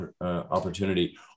opportunity